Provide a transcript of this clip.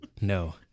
No